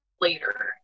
later